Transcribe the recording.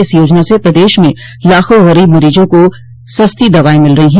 इस योजना से प्रदेश में लाखों गरीब मरीजों को सस्ती दवाएं मिल रही है